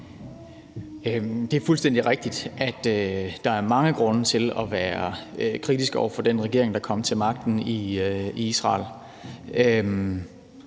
Det er fuldstændig rigtigt, at der er mange grunde til at være kritisk over for den regering, der er kommet til magten i Israel,